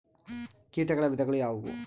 ಕೇಟಗಳ ವಿಧಗಳು ಯಾವುವು?